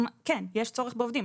כן, יש צורך בעובדים.